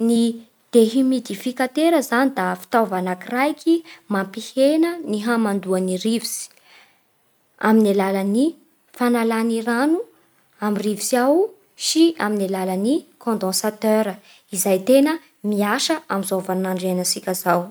Ny dehimigifikatera zany da fitaova anakiraiky mampihena ny hamandoan'ny rivotsy amin'ny alalan'ny fanalàny rano amin'ny rivotsy ao sy amin'ny alalan'ny condensateur izay tena miasa amin'izao vaninandro iainantsika izao.